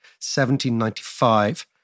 1795